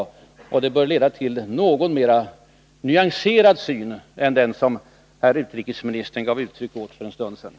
Och medvetandet om det bör leda till en något mer nyanserad syn än den som herr utrikesministern gav uttryck åt för en stund sedan.